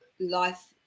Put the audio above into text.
life